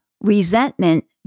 Resentment